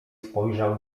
spojrzał